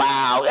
Wow